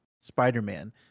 Spider-Man